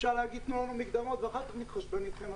אפשר להגיד: תנו לנו מקדמות ואחר כך נתחשבן אתכם,